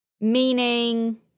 Meaning